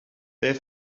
their